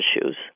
issues